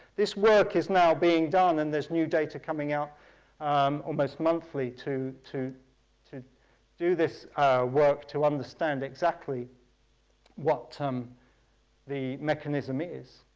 this work is now being done and there's new data coming up um almost monthly to to to do this work, to understand exactly what um the mechanism is.